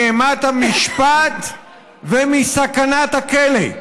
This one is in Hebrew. מאימת המשפט ומסכנת הכלא.